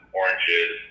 oranges